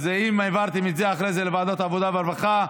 אז אם העברתם את זה אחרי זה לוועדת העבודה והרווחה,